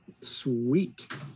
sweet